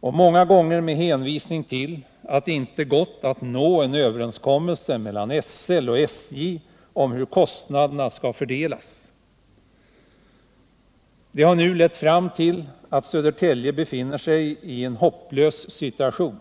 många gånger med hänvisning till att det inte gått att nå en överenskommelse mellan SL och SJ om hur kostnaderna skall fördelas. Det har nu också lett fram till att Södertälje befinner sig i en hopplös situation.